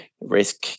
risk